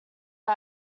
are